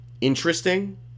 interesting